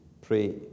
pray